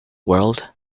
world